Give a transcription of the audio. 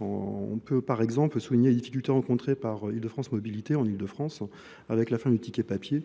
on peut par exemple souligner les difficultés rencontrées par de France mobilité en Île de France avec la fin du ticket papier